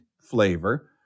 flavor